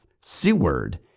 Seward